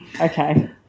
okay